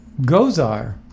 Gozar